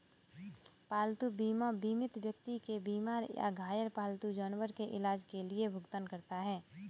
पालतू बीमा बीमित व्यक्ति के बीमार या घायल पालतू जानवर के इलाज के लिए भुगतान करता है